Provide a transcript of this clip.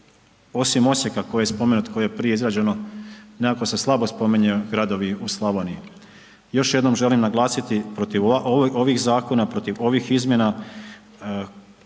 spomenut, koji je prije izgrađeno nekako se slabo spominju gradovi u Slavoniji. Još jednom želim naglasiti protiv ovih zakona, protiv ovih izmjena